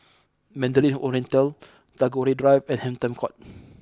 Mandarin Oriental Tagore Drive and Hampton Court